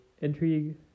intrigue